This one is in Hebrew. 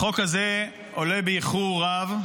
החוק הזה עולה באיחור רב,